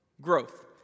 Growth